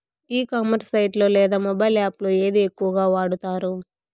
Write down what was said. ఈ commerce site లో లేదా మొబైల్ యాప్ లో ఏది ఎక్కువగా వాడుతారు?